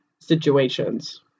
situations